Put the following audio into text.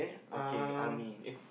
okay I mean if